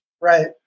Right